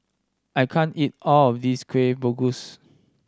I can't eat all of this Kueh Bugis